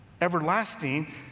Everlasting